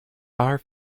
are